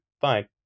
fine